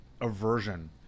aversion